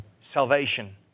salvation